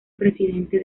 presidente